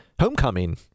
homecoming